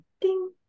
ding